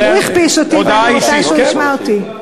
הוא הכפיש אותי ואני רוצה שהוא ישמע אותי.